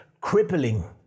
crippling